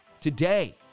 today